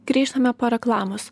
grįžtame po reklamos